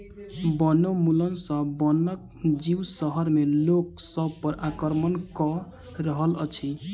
वनोन्मूलन सॅ वनक जीव शहर में लोक सभ पर आक्रमण कअ रहल अछि